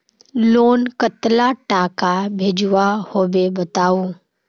Loan कतला टाका भेजुआ होबे बताउ?